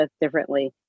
differently